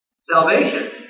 Salvation